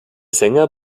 sänger